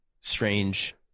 strange